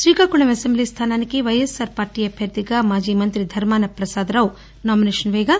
Srikakulam assembly స్థానానికి YSR party అభ్యర్థిగా మాజీ మంత్రి ధర్మాన పసాదరావు నామినేషన్ వేసారు